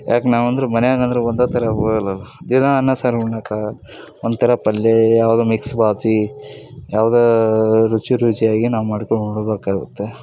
ಯಾಕೆ ನಾವು ಅಂದ್ರೆ ಮನೆಯಾಗ ಅಂದ್ರೆ ಒಂದೇ ಥರ ಹೋಗಲ್ಲಲ್ಲ ದಿನಾ ಅನ್ನ ಸಾರು ಉಣ್ಣಕ್ಕಾಗಲ್ಲ ಒಂಥರ ಪಲ್ಲೆ ಅವಾಗ ಮಿಕ್ಸ್ ಭಾಜಿ ಅವಾಗ ರುಚಿ ರುಚಿಯಾಗಿ ನಾವು ಮಾಡ್ಕೊಂಡು ಉಣ್ಬೇಕಾಗತ್ತೆ